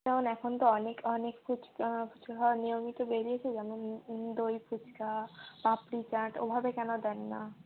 যেমন এখন তো অনেক অনেক ফুচকা ফুচকা খাওয়ার নিয়মই তো বেরিয়েছে যেমন দই ফুচকা পাপড়ি চাট ওভাবে কেন দেন না